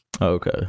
Okay